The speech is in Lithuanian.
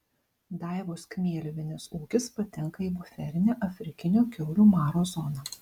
daivos kmieliuvienės ūkis patenka į buferinę afrikinio kiaulių maro zoną